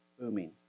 booming